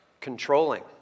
Controlling